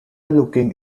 looking